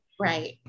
Right